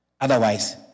Otherwise